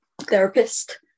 therapist